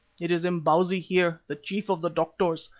it is imbozwi here, the chief of the doctors,